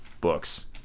books